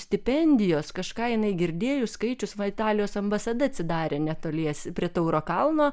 stipendijos kažką jinai girdėjus skaičius va italijos ambasada atsidarė netoliese prie tauro kalno